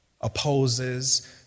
opposes